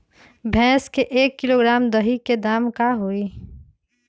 भैस के एक किलोग्राम दही के दाम का होई?